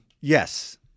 Yes